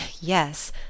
Yes